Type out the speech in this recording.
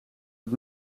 het